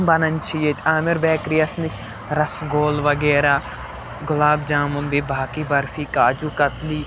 بَنَن چھِ ییٚتہِ عامِر بیکری یَس نِش رَس گول وغیرہ گۄلاب جامُن بیٚیہِ باقٕے برفی کاجوٗ کَتلی